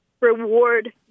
reward